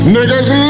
Niggas